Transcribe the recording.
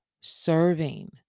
serving